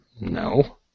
No